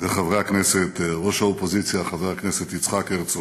חברי הכנסת, ראש האופוזיציה חבר הכנסת יצחק הרצוג,